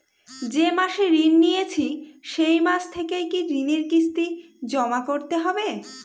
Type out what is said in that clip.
যে মাসে ঋণ নিয়েছি সেই মাস থেকেই কি ঋণের কিস্তি জমা করতে হবে?